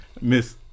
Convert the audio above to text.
Miss